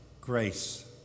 grace